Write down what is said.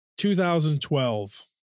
2012